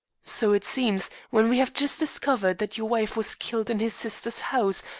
so it seems, when we have just discovered that your wife was killed in his sister's house,